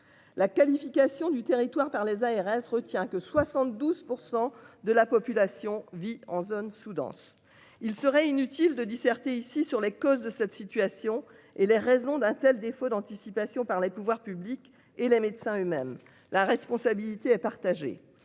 La qualification du territoire par les ARS retient que 72%. De la population vit en zone sous-dense. Il serait inutile de disserter ici sur les causes de cette situation et les raisons d'un tel défaut d'anticipation par les pouvoirs publics et les médecins eux-mêmes la responsabilité est partagée,